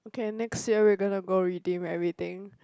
okay next year we gonna go redeem everything